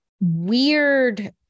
weird